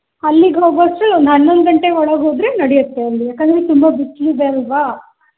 ಅಲ್ಲಿಗೆ ಹೋಗೋ ಅಷ್ಟರಲ್ಲಿ ಒಂದು ಹನ್ನೊಂದು ಗಂಟೆ ಒಳಗೆ ಹೋದರೆ ನಡೆಯುತ್ತೆ ಅಲ್ಲಿ ಯಾಕೆಂದರೆ ತುಂಬ ಬಿಸಿಲಿದೆ ಅಲ್ವಾ